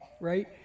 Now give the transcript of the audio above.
right